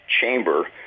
chamber